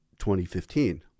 2015